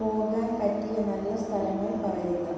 പോകാൻ പറ്റിയ നല്ല സ്ഥലങ്ങൾ പറയുക